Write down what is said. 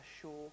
sure